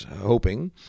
hoping